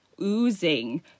oozing